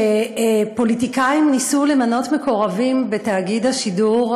שפוליטיקאים ניסו למנות מקורבים בתאגיד השידור,